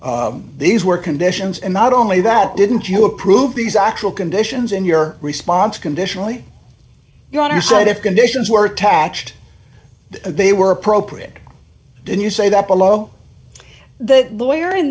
these were conditions and not only that didn't you approve these actual conditions in your response conditionally your honor said if conditions were attached they were appropriate then you say that below the lawyer in